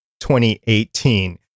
2018